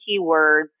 keywords